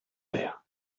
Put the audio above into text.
père